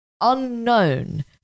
unknown